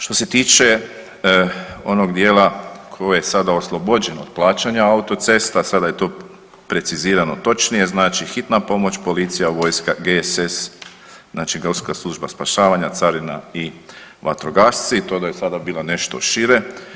Što se tiče onog dijela koje je sada oslobođeno od autocesta, sada je to precizirano točnije, znači hitna pomoć, policija, vojska, GSS, znači Gorska služba spašavanja, carina i vatrogasci to je do sada bilo nešto šire.